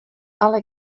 ale